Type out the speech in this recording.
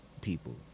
people